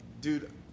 dude